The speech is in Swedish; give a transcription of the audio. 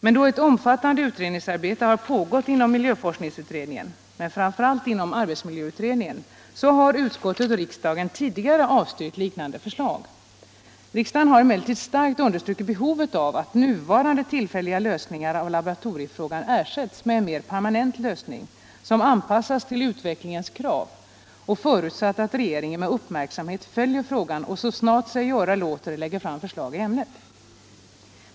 Men då ett omfattande utredningsarbete har pågått inom miljöforskningsutredningen — och framför allt inom arbetsmiljöutredningen — har utskottet och riksdagen tidigare avstyrkt liknande förslag. Riksdagen har emellertid starkt understrukit behovet av att nuvarande tillfälliga lösningar av laboratoriefrågan ersätts med en mer permanent lösning, som anpassas till utvecklingens krav, och förutsatt att regeringen med uppmärksamhet följer frågan och så snart sig göra låter framlägger förslag i ämnet.